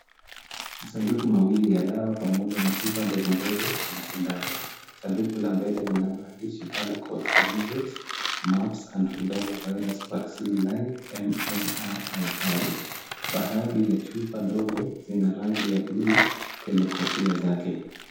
Masanduku mawili ya dawa pamoja na chupa ndogo ndogo na sindano. Sanduku la mbele lina maandishi color code for measles, mumps and rubella virus vaccine live, M-M-R I . Baadhi ya chupa ndogo zina rangi ya buluu kwenye kofia zake.